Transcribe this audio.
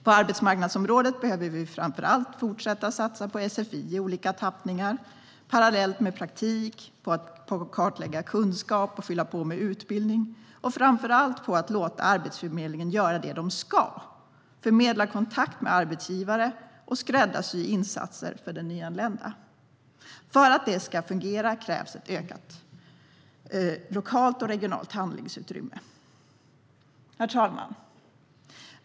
På arbetsmarknadsområdet behöver vi fortsätta att satsa på sfi i olika tappningar parallellt med praktik, att kartlägga kunskap och fylla på med utbildning. Vi behöver framför allt låta Arbetsförmedlingen göra det den ska, förmedla kontakt med arbetsgivare och skräddarsy insatser för den nyanlända. För att det ska fungera krävs ett ökat lokalt och regionalt handlingsutrymme. Herr talman!